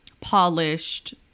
polished